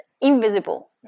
invisible